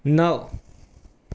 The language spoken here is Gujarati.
નવ